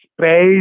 space